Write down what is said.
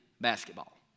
basketball